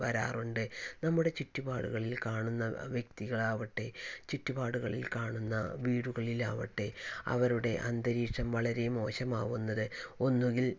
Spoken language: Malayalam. വരാറുണ്ട് നമ്മടെ ചുറ്റുപാടുകളിൽ കാണുന്ന വ്യക്തികളാവട്ടെ ചുറ്റുപാടുകളിൽ കാണുന്ന വീടുകളിലാവട്ടെ അവരുടെ അന്തരീക്ഷം വളരെ മോശമാകുന്നത് ഒന്നുകിൽ